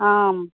आम्